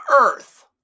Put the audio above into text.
earth